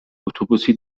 اتوبوسی